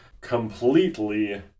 completely